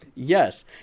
yes